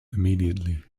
immediately